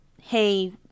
hey